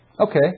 Okay